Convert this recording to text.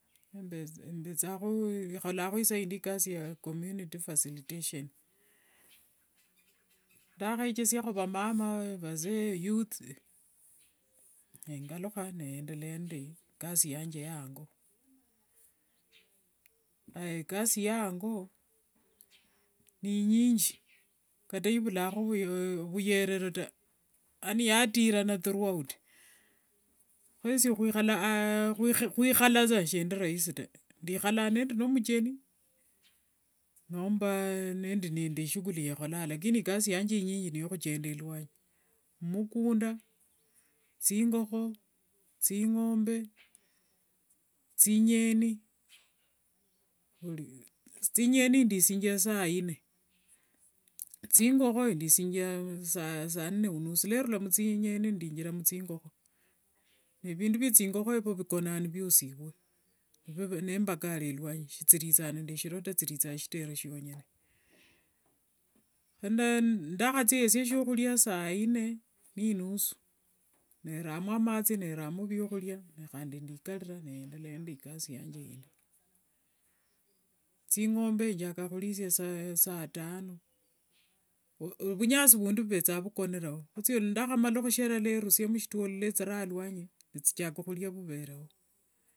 kholakho isa indi ikasi ya community facilitation, ndakhechesiakho vamama, vazee, youth, nengalukha neyendelea nde ikasi yanje ya ango, aya ikasi ya ango ninyinji, kata ivulakho vuyerero taa, yaani yatirana through out, kho eshie khwikhala saa sendi raisi taa, ndikhalanga nendi nomucheni, nomba nindi nde ishighuli yanje yekholanga lakini ikasi yanje inyinji niyokhukenda ruanyi, mumukunda, thingokho, thingombe, thinyeni. Thinyeni ndisingia saine, thingokho ndisingia saine nde inusu nerula muthinyeni nendingira muthingokho, evindu vyathingokho evo vikonanga nivyosivwe, nembakale ruanyi, shithirithanga nende siro taa, thirithanga shitere shionyone, ndakhathieshia shiakhuria saa inne ne inusu, neramo amathi neramo vyokhuria nikhandi ndiikarira neyendelea nde ikasi yanje eyo, thingombe enjakanga khurisia saa tano, vunyasi vundi vuvethanga nivukonerewo ndakhamala khuthishera, ndakharusia mushitwoli ethira aluanyi nithichaka khuria vuvereo.